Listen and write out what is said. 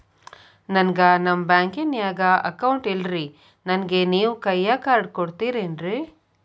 ನನ್ಗ ನಮ್ ಬ್ಯಾಂಕಿನ್ಯಾಗ ಅಕೌಂಟ್ ಇಲ್ರಿ, ನನ್ಗೆ ನೇವ್ ಕೈಯ ಕಾರ್ಡ್ ಕೊಡ್ತಿರೇನ್ರಿ?